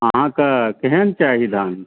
अहाँके केहन चाही धान